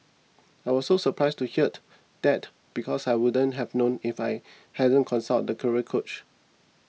I was so surprised to heard that because I wouldn't have known if I hadn't consulted the career coach